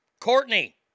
Courtney